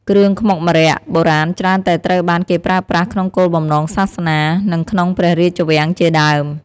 គ្រឿងខ្មុកម្រ័ក្សណ៍បុរាណច្រើនតែត្រូវបានគេប្រើប្រាស់ក្នុងគោលបំណងសាសនា និងក្នុងព្រះរាជវាំងជាដើម។